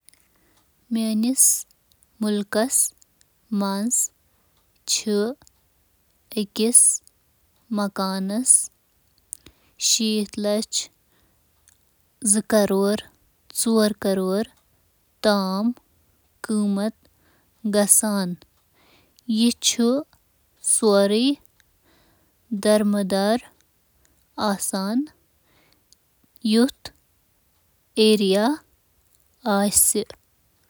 تُہنٛدِس مُلکَس منٛز کوٗتہ چھُ عام طور مکانَن ہُنٛد قۭمَت آسان؟